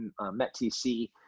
METTC